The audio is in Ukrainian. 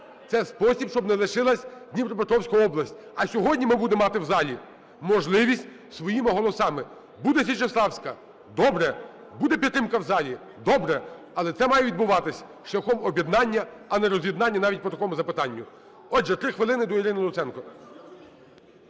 це спосіб, щоб не лишилась Дніпропетровська область. А сьогодні ми будемо мати в залі можливість своїми голосами. Буде Січеславська – добре. Буде підтримка в залі – добре. Але це має відбуватись шляхом об'єднання, а не роз'єднання навіть по такому запитанню. Отже, 3 хвилини до Ірини Луценко.